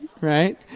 right